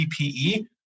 PPE